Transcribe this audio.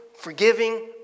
forgiving